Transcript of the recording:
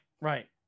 right